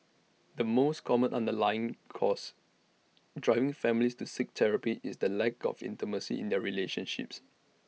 the most common underlying cause driving families to seek therapy is the lack of intimacy in their relationships